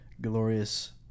glorious